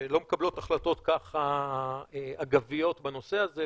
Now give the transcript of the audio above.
שלא מקבלות החלטות אגביות בנושא הזה,